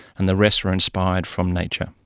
and the rest are inspired from nature.